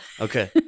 okay